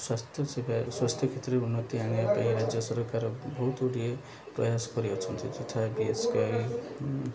ସ୍ୱାସ୍ଥ୍ୟ ସେବା ସ୍ୱାସ୍ଥ୍ୟ କ୍ଷେତ୍ରରେ ଉନ୍ନତି ଆଣିବା ପାଇଁ ରାଜ୍ୟ ସରକାର ବହୁତଗୁଡ଼ିଏ ପ୍ରୟାସ କରିଅଛନ୍ତି ଯଥା ବିଏସ୍କେୱାଇ